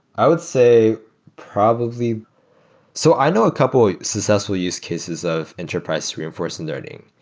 i would say probably so i know a couple of successfull use cases of enterprise reinforcement learning.